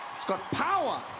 it's got power!